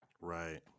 right